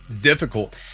difficult